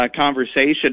conversation